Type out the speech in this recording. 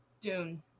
dune